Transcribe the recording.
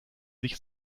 sich